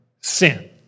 sin